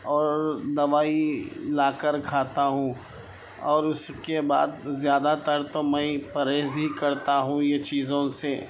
اور دوائی لا کر کھاتا ہوں اور اس کے بعد زیادہ تر تو میں پرہیز ہی کرتا ہوں یہ چیزوں سے